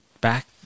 back